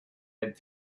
had